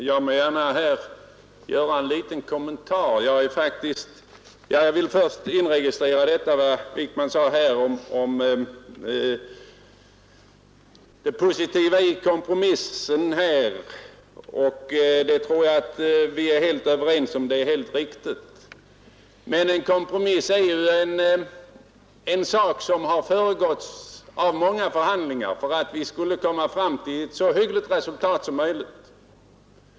Herr talman! Jag må gärna göra en liten kommentar. Jag vill först inregistrera vad herr Wijkman sade om det positiva i kompromissen, och jag tror att vi är helt överens om det. Det är helt riktigt. Men en kompromiss är en sak som föregåtts av många förhandlingar för att vi skulle komma fram till ett så hyggligt resultat som möjligt.